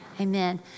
Amen